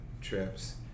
trips